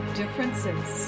differences